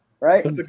Right